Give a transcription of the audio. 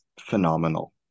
phenomenal